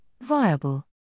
Viable